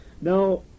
Now